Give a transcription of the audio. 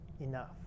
enough